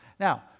Now